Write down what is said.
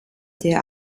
der